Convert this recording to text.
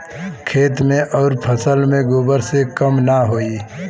खेत मे अउर फसल मे गोबर से कम ना होई?